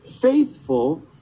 faithful